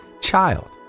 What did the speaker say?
child